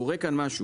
קורה כאן משהו,